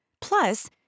Plus